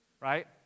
right